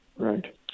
Right